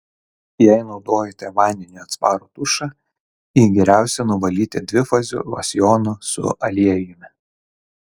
jei naudojate vandeniui atsparų tušą jį geriausia nuvalyti dvifaziu losjonu su aliejumi